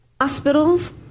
Hospitals